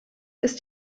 ist